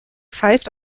pfeift